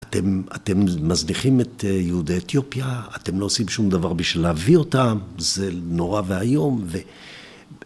אתם מזניחים את יהודי אתיופיה, אתם לא עושים שום דבר בשביל להביא אותם, זה נורא ואיום ו...